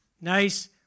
Nice